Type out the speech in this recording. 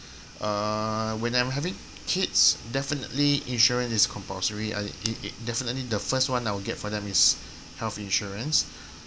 uh when I'm having kids definitely insurance is compulsory I it it definitely the first one I'll get for them is health insurance